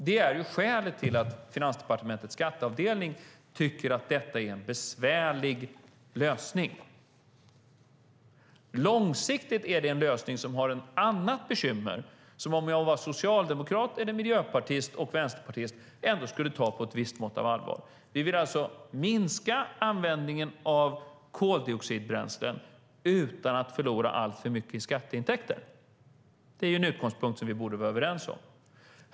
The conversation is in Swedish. Det är skälet till att Finansdepartementets skatteavdelning tycker att detta är en besvärlig lösning. Långsiktigt är det en lösning som innebär ett annat bekymmer som jag, om jag var socialdemokrat, miljöpartist eller vänsterpartist, skulle ta på ett visst mått av allvar. Vi vill alltså minska användningen av koldioxidbränslen utan att förlora alltför mycket i skatteintäkter. Det är en utgångspunkt som vi borde vara överens om.